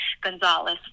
Gonzalez